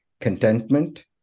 contentment